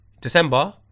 December